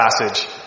passage